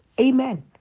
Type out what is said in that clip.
Amen